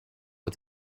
het